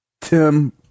Tim